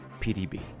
PDB